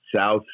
south